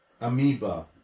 Amoeba